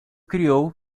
criou